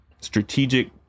strategic